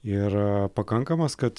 ir pakankamas kad